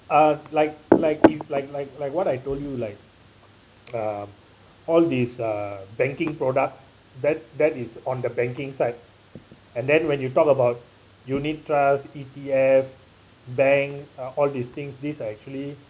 uh like like if like like like what I told you like uh all this uh banking products that that is on the banking side and then when you talk about unit trust E_T_F bank uh all these things these are actually